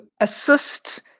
assist